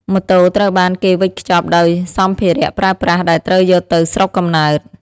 ម៉ូតូត្រូវបានគេវេចខ្ចប់ដោយាសម្ភារៈប្រើប្រាស់ដែលត្រូវយកទៅស្រុកកំណើត។